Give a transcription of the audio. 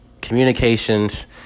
communications